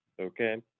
okay